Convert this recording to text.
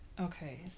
Okay